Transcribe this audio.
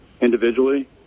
individually